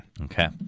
Okay